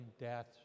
death